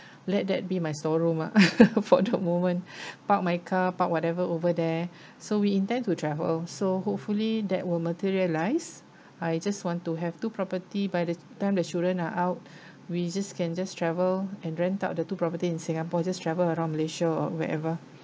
let that be my storeroom lah for the moment park my car park whatever over there so we intend to travel so hopefully that will materialise I just want to have two property by the time that the children are out we just can just travel and rent out the two property in singapore just travel around malaysia or wherever